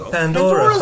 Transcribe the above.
Pandora